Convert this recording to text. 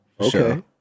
Okay